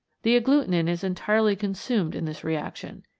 the agglutinin is entirely con sumed in this reaction.